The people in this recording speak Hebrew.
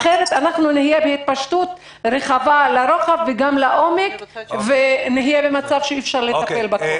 אחרת תהיה התפשטות לרוחב וגם לעומק ונהיה במצב שאי אפשר לטפל בכול.